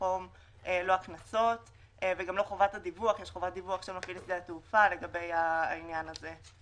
חום ועל אי דיווח של שדה התעופה לגבי העניין הזה.